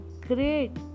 great